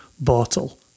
bottle